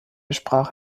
sprach